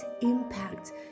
impact